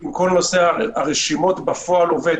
אם כל נושא הרשימות עובד בפועל,